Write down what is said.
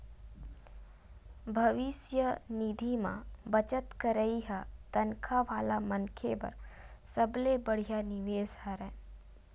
भविस्य निधि म बचत करई ह तनखा वाला मनखे बर सबले बड़िहा निवेस हरय